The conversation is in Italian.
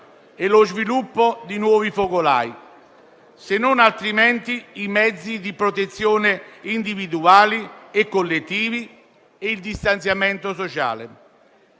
e lo sviluppo di nuovi focolai, se non i mezzi di protezione individuali e collettivi e il distanziamento sociale.